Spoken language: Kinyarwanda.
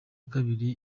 kabiri